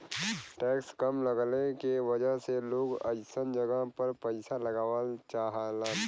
tax कम लगले के वजह से लोग अइसन जगह पर पइसा लगावल चाहलन